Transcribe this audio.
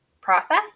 process